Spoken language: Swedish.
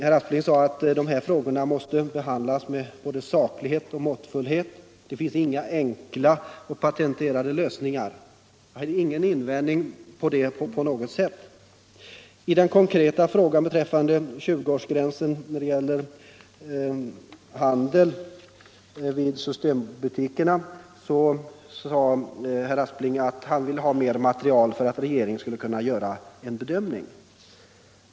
Herr Aspling sade att dessa frågor måste behandlas med både saklighet och måttfullhet; det finns inga enkla och patenterade lösningar. Jag har ingen invändning mot det uttalandet på något sätt. I den konkreta frågan om 20-årsgränsen när det gäller att handla i systembutikerna sade socialministern att han ville ha mer material för att regeringen skulle kunna göra en bedömning.